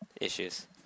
Issues